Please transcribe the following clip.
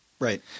Right